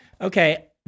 Okay